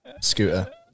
Scooter